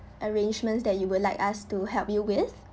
arrangements that you would like us to help you with